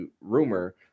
rumor